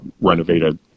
renovated